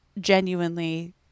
genuinely